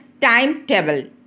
timetable